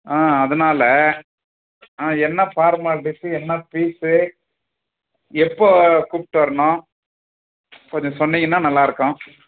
ஆ அதனால் ஆ என்ன ஃபார்மாலிட்டீஸ்ஸு என்ன ஃபீஸு எப்போ கூப்பிட்டு வரணும் கொஞ்சம் சொன்னிங்கன்னா நல்லாயிருக்கும்